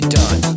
done